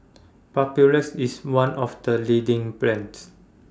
Papulex IS one of The leading brands